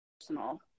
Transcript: personal